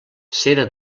cera